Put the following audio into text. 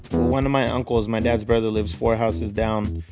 one of my uncles my dad's brother lives four houses down,